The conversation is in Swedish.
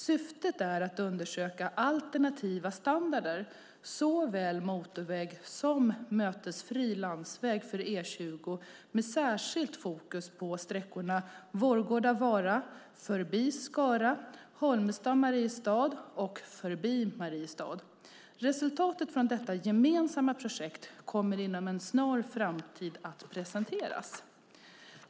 Syftet är att undersöka alternativa standarder, såväl motorväg som mötesfri landsväg, för E20 med särskilt fokus på sträckorna Vårgårda-Vara, förbi Skara, Holmestad-Mariestad och förbi Mariestad. Resultat från detta gemensamma projekt kommer inom en snar framtid att presenteras.